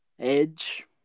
Edge